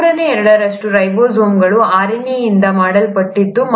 ಮೂರನೇ ಎರಡರಷ್ಟು ರೈಬೋಸೋಮ್ಗಳು RNA ಯಿಂದ ಮಾಡಲ್ಪಟ್ಟಿದೆ